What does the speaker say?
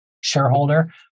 shareholder